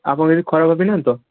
ଆପଣ କିଛି ଖରାପ ଭାବି ନାହାଁନ୍ତି ତ